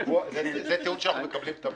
זה טיעון שאנחנו מקבלים תמיד.